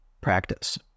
practice